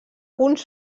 uns